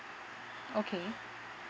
okay